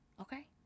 Okay